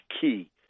key